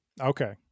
Okay